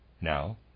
Now